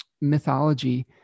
mythology